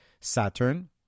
Saturn